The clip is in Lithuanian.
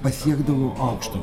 pasiekdavo aukštą